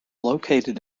located